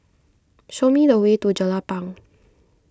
show me the way to Jelapang